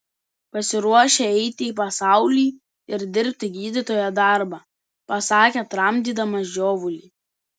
pasiruošę eiti į pasaulį ir dirbti gydytojo darbą pasakė tramdydamas žiovulį